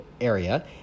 area